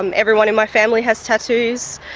um everyone in my family has tattoos,